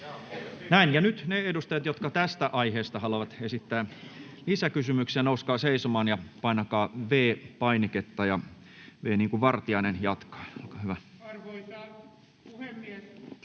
Näin. — Ja nyt ne edustajat, jotka tästä aiheesta haluavat esittää lisäkysymyksiä, nouskaa seisomaan ja painakaa V-painiketta. — Ja V niin kuin Vartiainen jatkaa. Olkaa hyvä. Arvoisa puhemies...